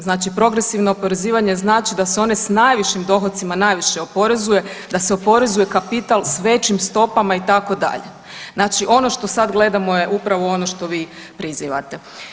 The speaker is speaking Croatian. Znači progresivno oporezivanje znači da se one s najvišim dohocima najviše oporezuje, da se oporezuje kapital s većim stopama itd., znači ono što sad gledamo je upravo ono što vi prizivate.